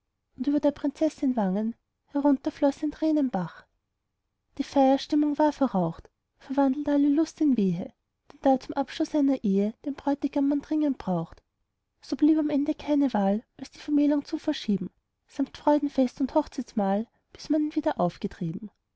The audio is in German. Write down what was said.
und über der prinzessin wangen herunter floß ein tränenbach die feierstimmung war verraucht verwandelt alle lust in wehe denn da zum abschluß einer ehe den bräutigam man dringend braucht so blieb am ende keine wahl als die vermählung zu verschieben samt freudenfest und hochzeitsmahl bis man ihn wieder aufgetrieben